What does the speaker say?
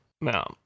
no